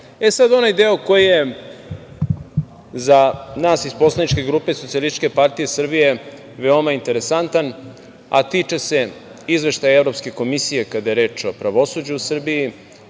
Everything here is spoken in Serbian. onaj deo koji je za nas iz poslaničke grupe Socijalističke partije Srbije veoma interesantan, a tiče se Izveštaja Evropske komisije kada je reč o pravosuđu u Srbiji,